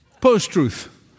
Post-truth